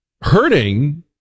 hurting